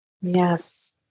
Yes